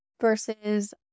versus